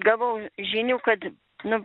gavau žinių kad nu